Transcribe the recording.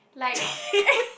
like